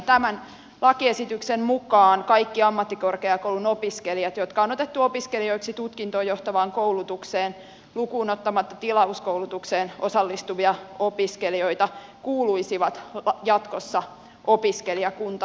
tämän lakiesityksen mukaan kaikki ammattikorkeakoulun opiskelijat jotka on otettu opiskelijoiksi tutkintoon johtavaan koulutukseen lukuun ottamatta tilauskoulutukseen osallistuvia opiskelijoita kuuluisivat jatkossa opiskelijakuntaan